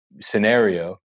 scenario